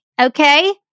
Okay